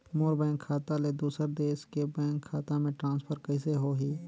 मोर bank खाता ले दुसर देश के बैंक खाता मे ट्रांसफर कइसे होही?